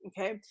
okay